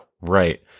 Right